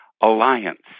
alliance